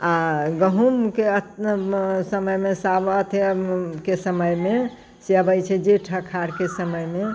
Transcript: आ गहुँमके समयमे सब अथी के समयमे से अबैत छै जेठ आषाढ़के समयमे